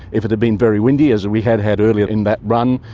if it had been very windy, as and we had had earlier in that run,